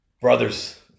brothers